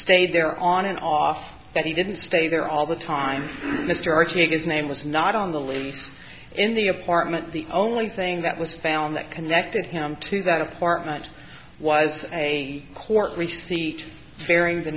stayed there on and off that he didn't stay there all the time mr archie and his name was not on the lease in the apartment the only thing that was found that connected him to that apartment was a court receipt fairing the